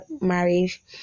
marriage